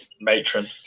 Matron